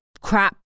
crap